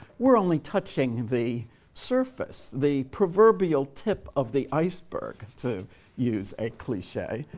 we're only touching the surface, the proverbial tip of the iceberg, to use a cliche.